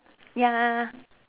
ya